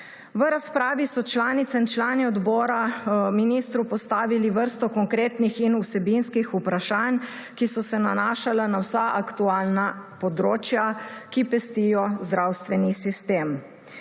V razpravi so članice in člani odbora ministru postavili vrsto konkretnih in vsebinskih vprašanj, ki so se nanašala na vsa aktualna področja, ki pestijo zdravstveni sistem.